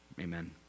amen